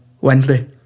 Wednesday